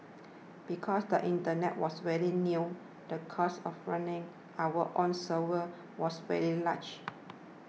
because the internet was very new the cost of running our own servers was very large